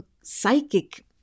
psychic